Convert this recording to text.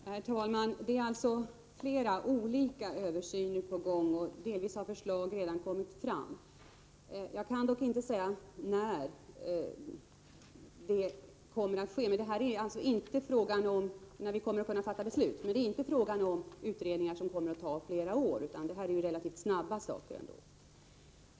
Herr talman! Det pågår flera olika översyner. Delvis har det också kommit förslag. Jag kan dock inte säga när vi kan fatta beslut, men det är inte fråga om utredningar som kommer att ta flera år, utan det rör sig om relativt snabba handläggningar.